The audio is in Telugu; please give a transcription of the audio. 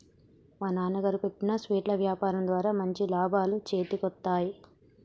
మా నాన్నగారు పెట్టిన స్వీట్ల యాపారం ద్వారా మంచి లాభాలు చేతికొత్తన్నయ్